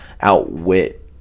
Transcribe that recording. outwit